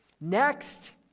Next